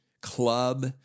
club